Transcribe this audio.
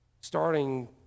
Starting